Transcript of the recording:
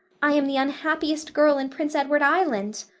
i am the unhappiest girl in prince edward island.